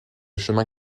chemin